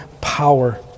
power